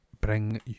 bring